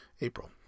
April